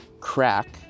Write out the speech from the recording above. crack